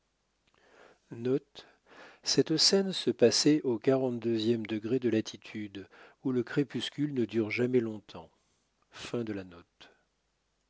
cette scène se passait au quarante e degré de latitude où le crépuscule ne dure jamais longtemps